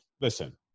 listen